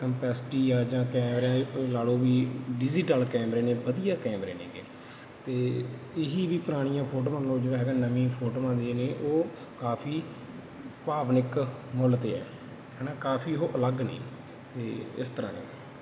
capacity ਆ ਜਾਂ ਕੈਮਰਿਆਂ ਉਹ ਲਾ ਲਓ ਵੀ ਡਿਜੀਟਲ ਕੈਮਰੇ ਨੇ ਵਧੀਆ ਕੈਮਰੇ ਨੇ ਗੇ ਅਤੇ ਇਹੀ ਵੀ ਪੁਰਾਣੀਆਂ ਫੋਟੋਆਂ ਨਾਲੋਂ ਜਿਵੇਂ ਹੈਗਾ ਨਵੀਂ ਫੋਟੋਆਂ ਦੇ ਨੇ ਉਹ ਕਾਫੀ ਭਾਵਨਿਕ ਮੁੱਲ 'ਤੇ ਹੈ ਹੈ ਨਾ ਕਾਫੀ ਉਹ ਅਲੱਗ ਨੇ ਅਤੇ ਇਸ ਤਰ੍ਹਾਂ ਨੇ